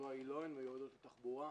התשובה היא לא, הן מיועדות לתחבורה.